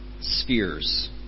spheres